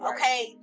okay